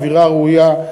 אווירה ראויה,